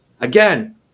Again